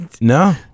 No